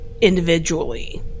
individually